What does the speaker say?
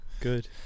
good